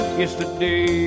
yesterday